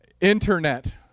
Internet